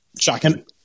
shocking